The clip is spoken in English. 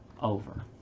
over